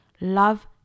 Love